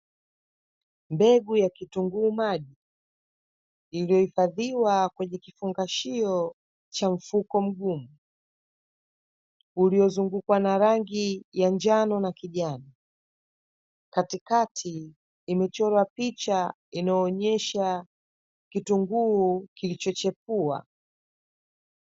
Mbegu ya kitunguu maji iliyohifadhiwa kwenye kifungashio cha mfuko mkuu uliozungukwa na rangi ya njano na kijani, katikati imechorwa picha inaonyesha kitunguu kilichochepua.